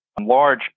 large